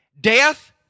Death